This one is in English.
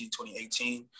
2018